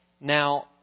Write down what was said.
Now